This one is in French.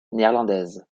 néerlandaise